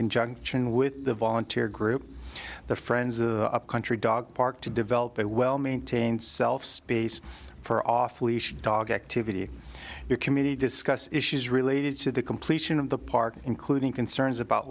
conjunction with the volunteer group the friends of the country dog park to develop a well maintained self space for off leash dog activity your community discuss issues related to the completion of the park including concerns about